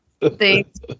Thanks